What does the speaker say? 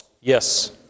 Yes